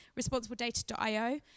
responsibledata.io